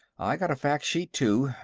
i got a fac-sheet too.